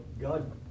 God